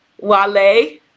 Wale